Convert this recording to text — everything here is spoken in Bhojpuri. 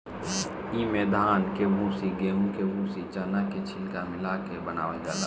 इमे धान के भूसी, गेंहू के भूसी, चना के छिलका मिला ले बनावल जाला